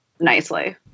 nicely